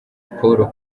paul